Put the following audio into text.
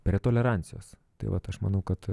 prie tolerancijos tai vat aš manau kad